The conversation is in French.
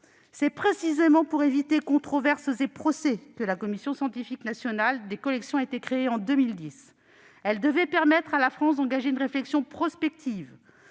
C'est précisément pour éviter controverses et procès que la Commission scientifique nationale des collections a été créée en 2010. Elle devait permettre à la France d'engager une réflexion prospective.